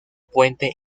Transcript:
puente